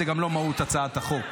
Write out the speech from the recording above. זאת גם לא מהות הצעת החוק.